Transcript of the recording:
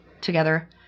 together